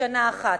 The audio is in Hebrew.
בשנה אחת.